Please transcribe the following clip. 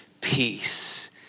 peace